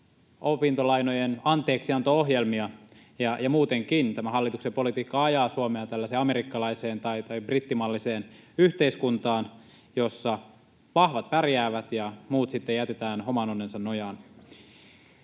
opintolainojen anteeksianto-ohjelmia. Muutenkin tämä hallituksen politiikka ajaa Suomea tällaiseen amerikkalaiseen tai brittimalliseen yhteiskuntaan, jossa vahvat pärjäävät ja muut sitten jätetään oman onnensa nojaan.